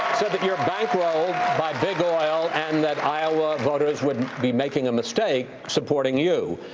said that you're bankrolled by big oil, and that iowa voters would be making a mistake supporting you.